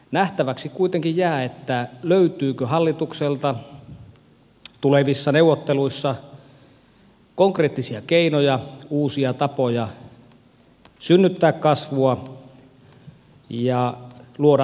nähtäväksi kuitenkin jää löytyykö hallitukselta tulevissa neuvotteluissa konkreettisia keinoja uusia tapoja synnyttää kasvua ja luoda uusia työpaikkoja